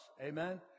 amen